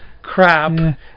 crap